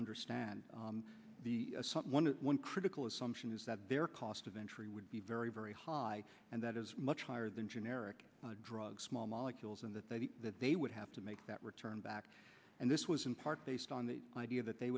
understand the one critical assumption is that their cost of entry would be very very high and that is much higher than generic drugs small molecules and that they that they would have to make that return back and this was in part based on the idea that they